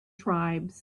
tribes